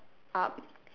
up